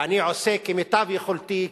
ואני עושה כמיטב יכולתי,